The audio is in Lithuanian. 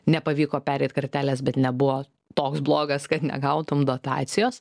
nepavyko pereit kartelės bet nebuvo toks blogas kad negautum dotacijos